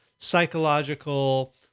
psychological